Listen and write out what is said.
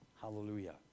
Hallelujah